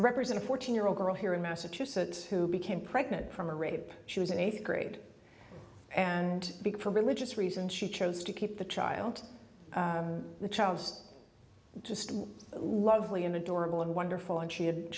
represent a fourteen year old girl here in massachusetts who became pregnant from a rape she was in eighth grade and for religious reasons she chose to keep the child the child's just lovely and adorable and wonderful and she